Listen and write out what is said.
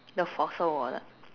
the fossil wallet